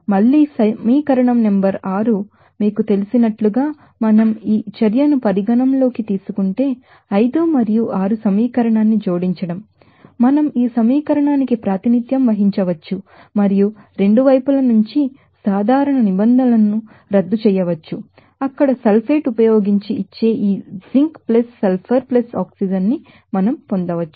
మళ్లీ సమీకరణం నెంబరు 6 మీకు తెలిసినట్లుగా మనం ఈ చర్యను పరిగణనలోకి తీసుకుంటే 5 మరియు 6 సమీకరణాన్ని జోడించండి మనం ఈ సమీకరణానికి ప్రాతినిధ్యం వహించవచ్చు మరియు రెండు వైపుల నుంచి సాధారణ నిబంధనలను రద్దు చేయవచ్చు అక్కడ సల్ఫేట్ ఉపయోగించి ఇచ్చే ఈ జింక్ సల్ఫర్ ఆక్సిజన్ ని మనం పొందవచ్చు